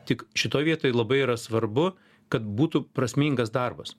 tik šitoj vietoj labai yra svarbu kad būtų prasmingas darbas